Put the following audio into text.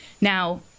Now